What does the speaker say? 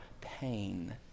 pain